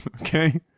Okay